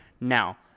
Now